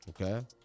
Okay